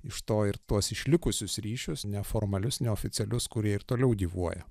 iš to ir tuos išlikusius ryšius neformalius neoficialius kurie ir toliau gyvuoja